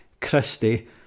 Christie